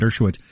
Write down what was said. Dershowitz